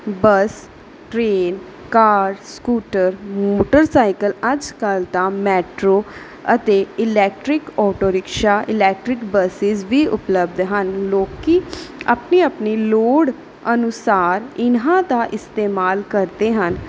ਬਸ train car scooter motorcycle ਅੱਜ ਕੱਲ੍ਹ ਤਾਂ ਮੈਟਰੋ ਅਤੇ electric auto rickshaw electric buses ਵੀ ਉਪਲੱਬਧ ਹਨ ਲੋਕ ਆਪਣੀ ਆਪਣੀ ਲੋੜ ਅਨੁਸਾਰ ਇਨ੍ਹਾਂ ਦਾ ਇਸਤੇਮਾਲ ਕਰਦੇ ਹਨ